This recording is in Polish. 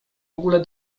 ogóle